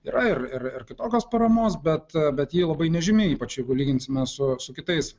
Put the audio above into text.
yra ir ir ir kitokios paramos bet bet ji labai nežymi ypač jeigu lyginsime su su kitais